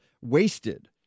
Wasted